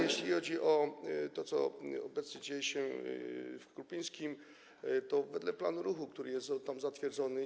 Jeśli chodzi o to, co obecnie dzieje się w Krupińskim, to wedle planu ruchu, który jest tam zatwierdzony.